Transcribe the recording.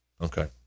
Okay